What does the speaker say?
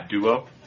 duo